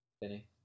Benny